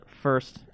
first